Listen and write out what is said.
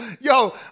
yo